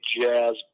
jazz